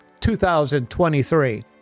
2023